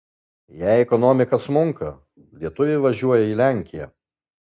jei ekonomika smunka lietuviai važiuoja į lenkiją